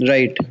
Right